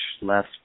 less